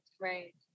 Right